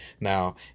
Now